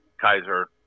Kaiser